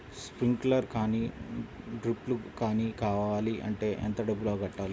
Sprinkler కానీ డ్రిప్లు కాని కావాలి అంటే ఎంత డబ్బులు కట్టాలి?